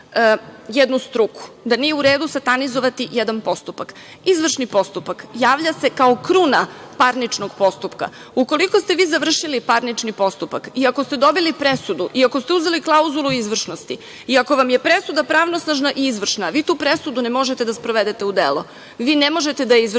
jednu struku, da nije u redu satanizovati jedan postupak. Izvršni postupak javlja se kao kruna parničnog postupka. Ukoliko ste vi završili parnični postupak i ako ste dobili presudu i ako ste uzeli klauzulu izvršnosti i ako vam je presuda pravnosnažna i izvršna, vi tu presudu ne možete da sprovedete u delo. Vi ne možete da je izvršite.